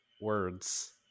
words